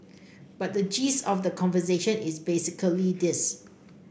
but the gist of the conversation is basically this